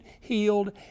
healed